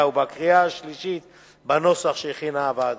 ובקריאה השלישית בנוסח שהכינה הוועדה.